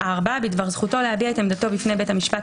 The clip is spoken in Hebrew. זכויות נפגעי עבירה,